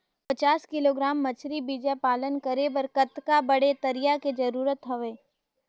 पचास किलोग्राम मछरी बीजा पालन करे बर कतका बड़े तरिया के जरूरत हवय?